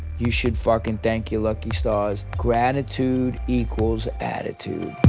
you should fucking thank your lucky stars, gratitude equals attitude.